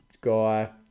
guy